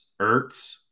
Ertz